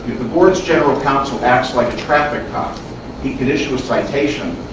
the board's general counsel acts like a traffic cop. he can issue a citation,